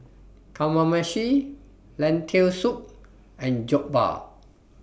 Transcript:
Kamameshi Lentil Soup and Jokbal